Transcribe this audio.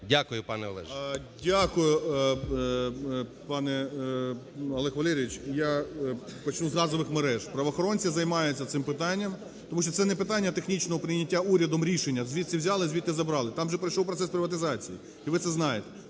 ГРОЙСМАН В.Б. Дякую, пане Олег Валерійович. Я почну з газових мереж. Правоохоронці займаються цим питанням. Тому що це не питання технічного прийняття урядом рішення, звідси взяли, звідти забрали. Там вже пройшов процес приватизації і ви це знаєте.